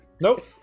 Nope